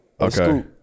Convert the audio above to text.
Okay